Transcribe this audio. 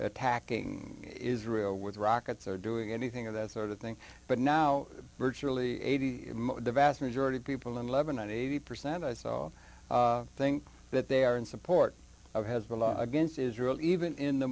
attacking israel with rockets or doing anything of that sort of thing but now virtually eighty in the vast majority of people in lebanon eighty percent i saw think that they are in support of hezbollah against israel even in the